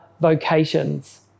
vocations